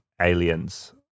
aliens